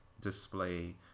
display